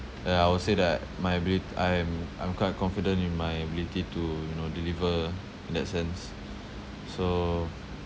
ya I would say that my abi~ I am I'm quite confident in my ability to you know deliver in that sense so